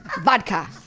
Vodka